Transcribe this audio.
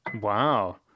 Wow